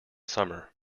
summer